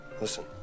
listen